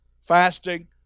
fasting